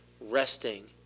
resting